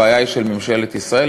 הבעיה היא של ממשלת ישראל,